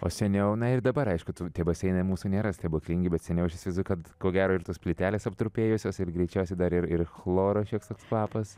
o seniau na ir dabar aišku tų tie baseinai mūsų nėra stebuklingi bet seniau aš įsivaizduoju ko gero ir tos plytelės aptrupėjusios ir greičiausiai dar ir ir chloro šioks toks kvapas